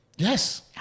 Yes